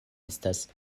estas